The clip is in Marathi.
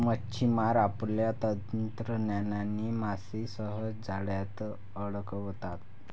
मच्छिमार आपल्या तंत्रज्ञानाने मासे सहज जाळ्यात अडकवतात